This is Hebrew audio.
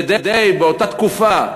כדי שבאותה תקופה,